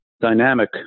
dynamic